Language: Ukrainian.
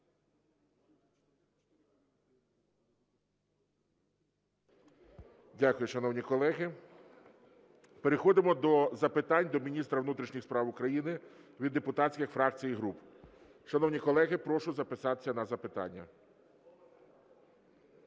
Дякую, шановні колеги. Переходимо до запитань до міністра внутрішніх справ України від депутатських фракцій і груп. Шановні колеги, прошу записатися на запитання.